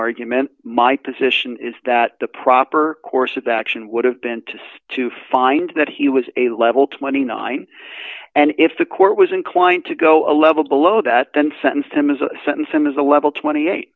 argument my position is that the proper course of action would have been to stay to find that he was a level twenty nine and if the court was inclined to go a level below that then sentenced him as a sentence him as a level twenty eight